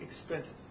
expensive